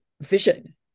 vision